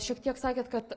šiek tiek sakėt kad